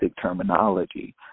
terminology